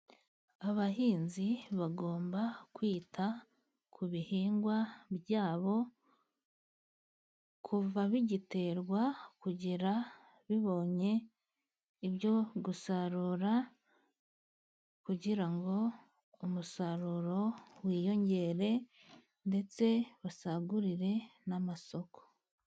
Abahinzi bagomba kwita ku bihingwa byabo kuva bigiterwa kugera bibonye ibyo gusarura, kugira ngo umusaruro wiyongere ndetse basagurire n'amasoko.